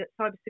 cybersecurity